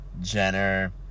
Jenner